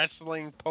wrestling